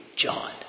John